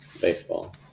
baseball